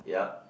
yup